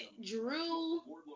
Drew